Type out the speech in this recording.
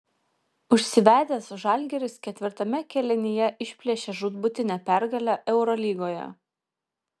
užsivedęs žalgiris ketvirtame kėlinyje išplėšė žūtbūtinę pergalę eurolygoje